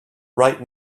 right